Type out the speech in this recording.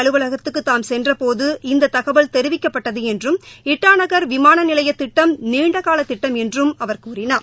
அலுவலகத்துக்குதாம் சென்றபோது இந்ததகவல் தெரிவிக்கப்பட்டதுஎன்றும் ஈட்டாநகள் பிரதமர் விமானநிலையதிட்டம் நீண்டகாலதிட்டம் என்றும் அவர் கூறினார்